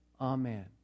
Amen